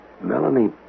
Melanie